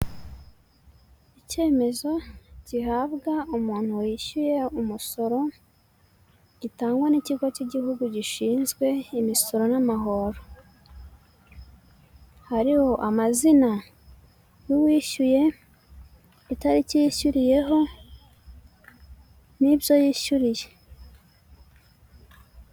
Icyemezo gihabwa umuntu wishyuye umusoro gitangwa n'ikigo cyigihugu gishizwe imisoro namahoro hariho uwishyuye itariki yishyuriye.